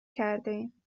کردهایم